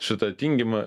šitą tingima